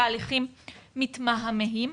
תהליכים מתמהמהים.